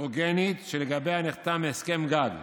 הטרוגנית שלגביה נחתם הסכם גג.